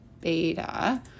beta